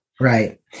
Right